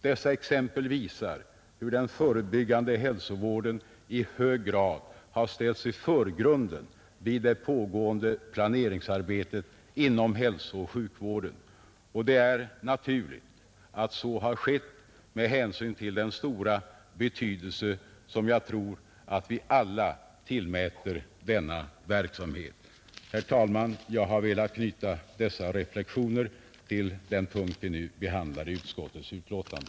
Dessa exempel visar hur den förebyggande hälsovården i hög grad har ställts i förgrunden vid det pågående planeringsarbetet inom hälsooch sjukvården — och det är naturligt att så har skett med hänsyn till den stora betydelse som jag tror att vi alla tillmäter denna verksamhet. Herr talman! Jag har velat knyta dessa reflexioner till den punkt vi nu behandlar i utskottets betänkande.